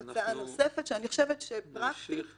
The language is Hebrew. אני חושבת שזה מייצר קצת